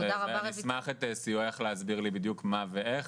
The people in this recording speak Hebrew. ואני אשמח לקבל את סיועך להסביר לי בדיוק מה ואיך,